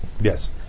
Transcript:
Yes